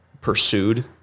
pursued